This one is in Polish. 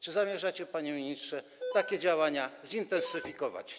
Czy zamierzacie, panie ministrze, takie działania zintensyfikować?